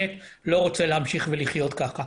ארחיב דברים שאמרו פה חברי הכנסת, היא נוראה.